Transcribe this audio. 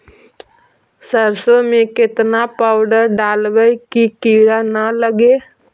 सरसों में केतना पाउडर डालबइ कि किड़ा न लगे?